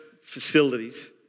facilities